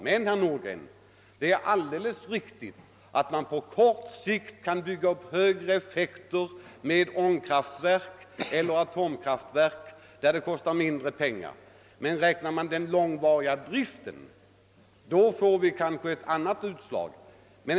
Men, herr Nordgren, det är alldeles riktigt att man på kort sikt kan få ut högre effekter med ångkraftverk eller med atomkraftverk, som kostar mindre pengar. Men en långvarig drift ger kanske ett annat utslag.